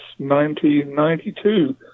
1992